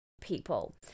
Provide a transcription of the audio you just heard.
people